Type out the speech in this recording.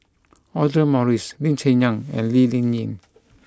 Audra Morrice Lee Cheng Yan and Lee Ling Yen